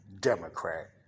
Democrat